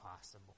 possible